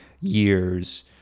years